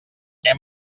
què